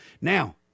Now